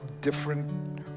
different